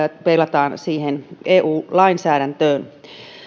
peilataan eu lainsäädäntöön